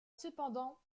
cependant